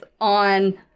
on